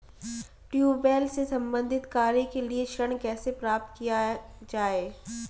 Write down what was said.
Tubewell से संबंधित कार्य के लिए ऋण कैसे प्राप्त किया जाए?